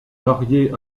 marié